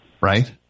Right